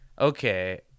Okay